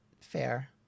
Fair